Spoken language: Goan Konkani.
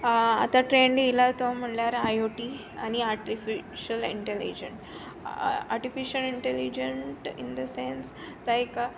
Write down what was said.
आतां ट्रेंड येयला तो म्हळ्यार आय ओ टी आनी artificial intelligent artificial intelligent in the sense like like